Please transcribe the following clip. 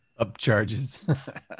upcharges